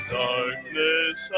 darkness